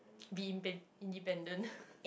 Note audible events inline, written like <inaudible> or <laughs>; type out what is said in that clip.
be in~ independent <laughs>